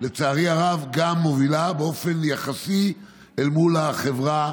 לצערי הרב גם מובילה באופן יחסי אל מול החברה